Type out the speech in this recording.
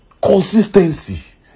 consistency